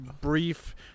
brief